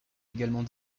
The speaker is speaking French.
également